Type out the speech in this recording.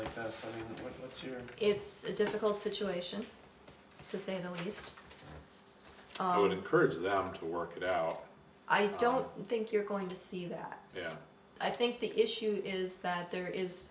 like that sure it's a difficult situation to say the least i would encourage them to work it out i don't think you're going to see that yeah i think the issue is that there is